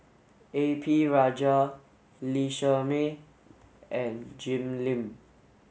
A P Rajah Lee Shermay and Jim Lim